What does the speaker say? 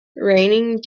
reigning